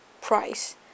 price